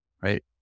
right